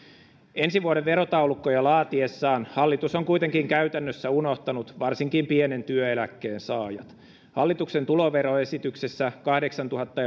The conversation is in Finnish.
ensi vuoden verotaulukkoja laatiessaan hallitus on kuitenkin käytännössä unohtanut varsinkin pienen työeläkkeen saajat hallituksen tuloveroesityksessä kahdeksantuhatta